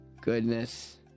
Goodness